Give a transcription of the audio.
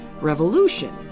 revolution